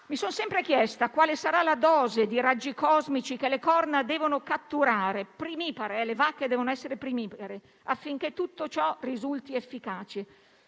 Mi sono sempre chiesta quale sarà la dose di raggi cosmici che le corna devono catturare (le vacche devono essere primipare) affinché tutto ciò risulti efficace.